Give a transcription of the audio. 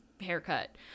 haircut